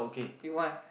do you want